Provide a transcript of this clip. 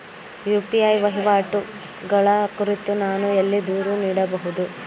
UPI ವಹಿವಾಟುಗಳ ಕುರಿತು ನಾನು ಎಲ್ಲಿ ದೂರು ನೀಡಬಹುದು?